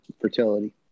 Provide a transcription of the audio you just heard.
fertility